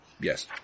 yes